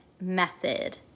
method